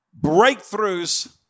breakthroughs